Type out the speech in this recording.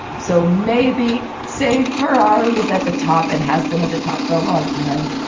so maybe save ferrari is at the top and has been at the top for a long time.